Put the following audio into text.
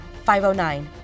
509